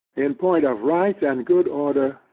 in point of right and good order,